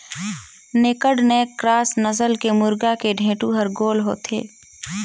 naked neck cross नसल के मुरगा के ढेंटू हर गोल होथे